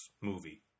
movie